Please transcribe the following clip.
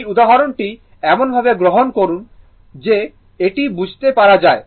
এই উদাহরণটি এমন ভাবে গ্রহণ করা হয়েছিল যে এটি বুঝতে পারা যাই